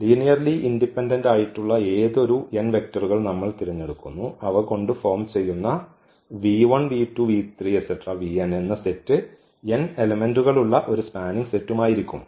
linearly ഇൻഡിപെൻഡന്റ്ആയിട്ടുള്ള ഏതൊരു n വെക്റ്ററുകൾ നമ്മൾ തിരഞ്ഞെടുക്കുന്നു അവ കൊണ്ടു ഫോം ചെയ്യുന്നഎന്ന സെറ്റ് n എലെമെന്റുകളുള്ള ഒരു സ്പാനിങ് സെറ്റുമായിരിക്കും